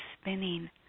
spinning